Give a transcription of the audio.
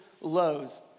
lows